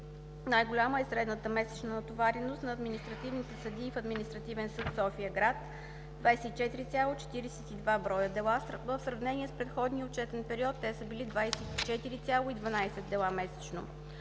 Най-голяма е средната месечна натовареност на административните съдии в Административен съд – София-град: 24,42 дела месечно за 2019 г., като за сравнение – за предходния отчетен период те са били 24,12 дела месечно;